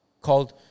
called